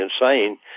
insane